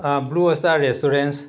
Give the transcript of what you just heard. blue star restaurant